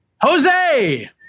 Jose